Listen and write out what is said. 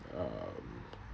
uh